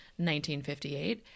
1958